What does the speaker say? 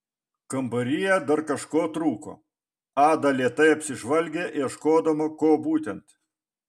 kambaryje dar kažko trūko ada lėtai apsižvalgė ieškodama ko būtent